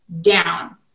down